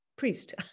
priest